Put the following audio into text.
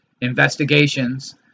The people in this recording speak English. investigations